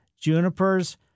junipers